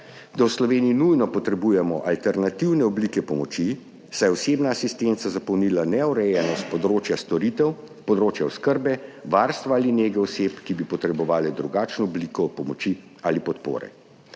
da v Sloveniji nujno potrebujemo alternativne oblike pomoči, saj je osebna asistenca zapolnila neurejenost področja storitev, področja oskrbe, varstva ali nege oseb, ki bi potrebovale drugačno obliko pomoči ali podpore.